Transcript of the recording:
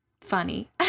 funny